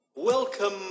Welcome